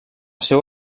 seu